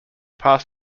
pass